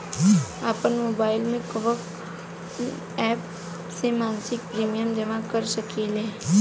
आपनमोबाइल में कवन एप से मासिक प्रिमियम जमा कर सकिले?